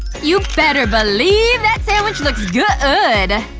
you better believe that sandwich looks good!